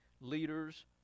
leaders